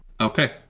Okay